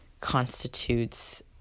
constitutes